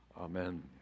Amen